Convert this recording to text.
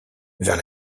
vers